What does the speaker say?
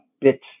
bits